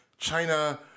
China